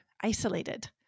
isolated